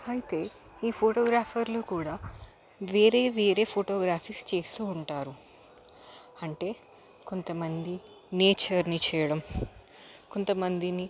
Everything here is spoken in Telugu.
అయితే ఈ ఫోటోగ్రాఫర్లు కూడా వేరే వేరే ఫొటోగ్రఫీస్ చేస్తూ ఉంటారు అంటే కొంత మంది నేచర్ని చేయడం కొంత మందిని